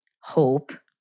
hope